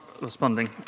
responding